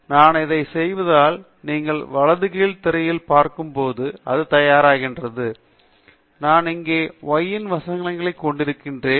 எனவே நான் இதை செய்தால் நீங்கள் வலது கீழ் திரையில் பார்க்கும் போது அது தயாரிக்கிறது நான் இங்கே y 1 வசனங்களைக் கொண்டிருக்கிறேன்